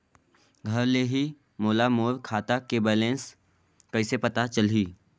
घर ले ही मोला मोर खाता के बैलेंस कइसे पता चलही?